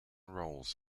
rolls